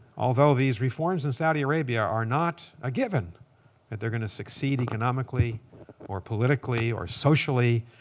although these reforms in saudi arabia are not a given that they're going to succeed economically or politically or socially.